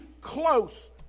close